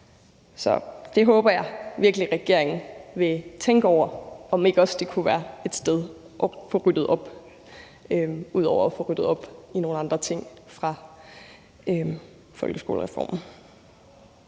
Så det håber jeg virkelig at regeringen vil tænke over, altså om det ikke også kunne være et sted at få ryddet op – ud over at få ryddet op i nogle andre ting fra folkeskolereformen.